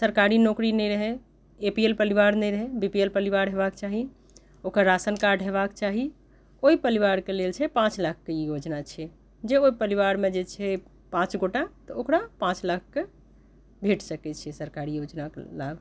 सरकारी नौकरी नहि रहै ए पी एल परिवार नहि रहै बी पी एल परिवार होयबाके चाही ओकर राशन कार्ड होयबाके चाही ओहि परिवारके लेल छै पाँच लाखके ई योजना छै जे ओहि परिवारमे जे छै पाँच गोटा तऽ ओकरा पाँच लाखके भेट सकैत छै सरकारी योजनाके लाभ